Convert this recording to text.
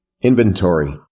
Inventory